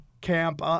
Camp